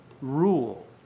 rule